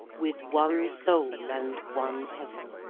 with one soul and one heaven!